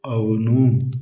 అవును